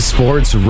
Sports